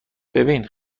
ببین